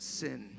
sin